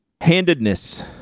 Handedness